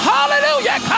Hallelujah